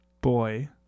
boy